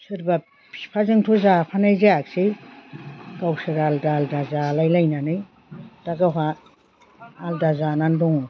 सोरबा बिफाजोंथ' जाफानाय जायासै गावसोरो आलदा आलदा जालाय लायनानै दा गावहा आलदा जानानै दङ